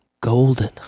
golden